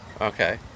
Okay